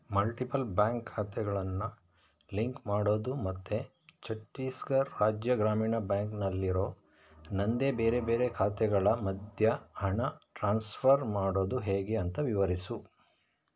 multiple bank ಖಾತೆಗಳನ್ನು link ಮಾಡೋದು ಮತ್ತು ಛತ್ತೀಸ್ಗರ್ ರಾಜ್ಯ ಗ್ರಾಮೀಣ ಬ್ಯಾಂಕ್ನಲ್ಲಿರೋ ನನ್ನದೇ ಬೇರೆ ಬೇರೆ ಖಾತೆಗಳ ಮಧ್ಯೆ ಹಣ ಟ್ರಾನ್ಸ್ಫರ್ ಮಾಡೋದು ಹೇಗೆ ಅಂತ ವಿವರಿಸು